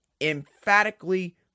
Emphatically